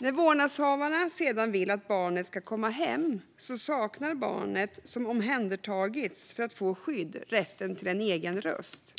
När vårdnadshavarna sedan vill att barnet ska komma hem saknar barnet, som omhändertagits för att få skydd, rätten till en egen röst.